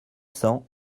cents